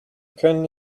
können